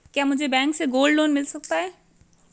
क्या मुझे बैंक से गोल्ड लोंन मिल सकता है?